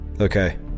Okay